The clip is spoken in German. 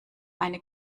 eine